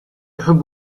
تحب